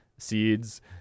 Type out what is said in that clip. seeds